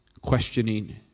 questioning